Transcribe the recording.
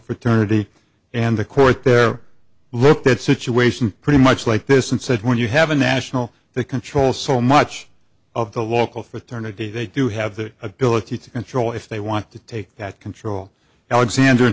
fraternity and the court there looked at situation pretty much like this and said when you have a national they control so much of the local fraternity they do have the ability to control if they want to take that control alexand